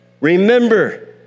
remember